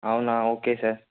అవునా okay sir